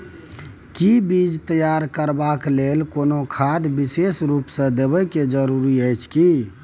कि बीज तैयार करबाक लेल कोनो खाद विशेष रूप स देबै के जरूरी अछि की?